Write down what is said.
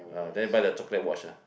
ah then you buy the chocolate watch ah